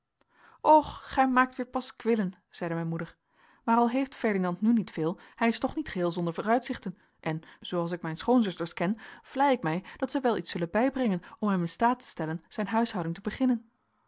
och gij maakt weer paskwillen zeide mijn moeder maar al heeft ferdinand nu niet veel hij is toch niet geheel zonder vooruitzichten en zooals ik mijn schoonzusters ken vlei ik mij dat zij wel iets zullen bijbrengen om hem in staat te stellen zijn huishouding te beginnen